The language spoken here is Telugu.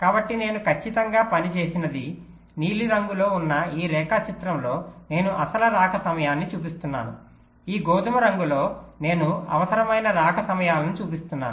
కాబట్టి నేను ఖచ్చితంగా పని చేసినది నీలిరంగులో ఉన్న ఈ రేఖాచిత్రంలో నేను అసలు రాక సమయాన్ని చూపిస్తున్నాను ఈ గోధుమ రంగులో నేను అవసరమైన రాక సమయాలను చూపిస్తున్నాను